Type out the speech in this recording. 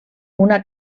una